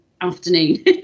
afternoon